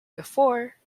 before